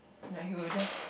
like he will just